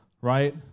Right